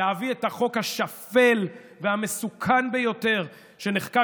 להביא את החוק השפל והמסוכן ביותר שנחקק,